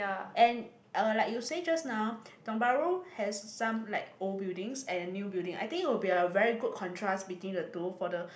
and uh like you say just now Tiong-Bahru has some like old buildings and new building I think it will be a very good contrast between the two for the